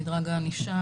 מדרג הענישה,